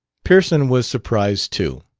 pearson was surprised too,